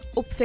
op